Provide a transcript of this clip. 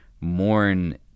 mourn